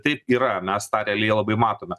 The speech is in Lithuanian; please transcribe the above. taip yra mes tą realiai labai matome